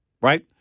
Right